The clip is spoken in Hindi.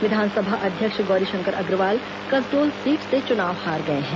विधानसभा अध्यक्ष गौरीशंकर अग्रवाल कसडोल सीट से चुनाव हार गए हैं